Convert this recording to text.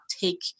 take